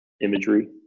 imagery